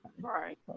right